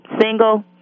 single